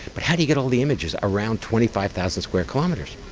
but how do you get all the images around twenty five thousand square kilometres?